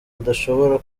adashobora